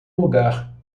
lugar